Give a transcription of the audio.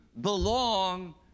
belong